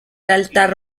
altar